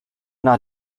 not